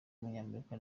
w’umunyamerika